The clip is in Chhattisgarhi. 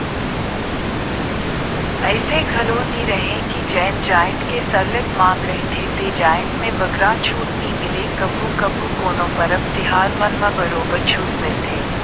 अइसे घलो नी रहें कि जेन जाएत के सरलग मांग रहथे ते जाएत में बगरा छूट नी मिले कभू कभू कोनो परब तिहार मन म बरोबर छूट मिलथे